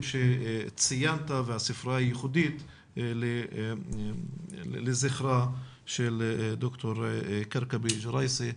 שציינת והספרייה הייחודית לזכרה של ד"ר כרכבי-ג'ראייסי.